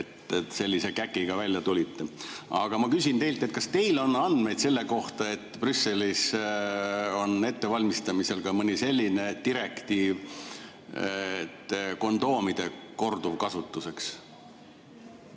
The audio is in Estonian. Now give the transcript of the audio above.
te sellise käkiga välja tulite. Aga ma küsin teilt: kas teil on andmeid selle kohta, et Brüsselis on ettevalmistamisel ka mõni direktiiv kondoomide korduvkasutuseks?